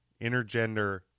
intergender